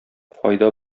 файда